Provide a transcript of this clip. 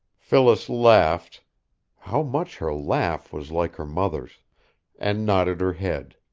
phyllis laughed how much her laugh was like her mother's and nodded her head.